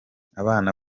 abana